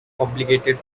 complicated